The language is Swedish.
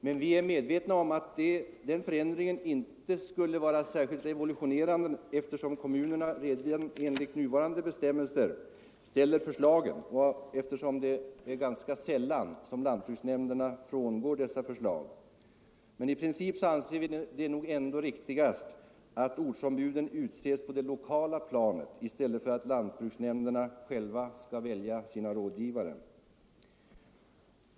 Men vi är medvetna om att denna förändring inte skulle vara särskilt revolutionerande, eftersom kommunerna redan enligt nuvarande bestämmelser avger förslag till vem som skall utses och eftersom lantbruksnämnderna ganska sällan avviker från dessa förslag. I princip anser vi det nog ändå riktigast att ortsombuden utses på det lokala planet i stället för att lantbruksnämnderna själva skall välja sina rådgivare.